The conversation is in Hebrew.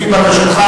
לפי בקשתך,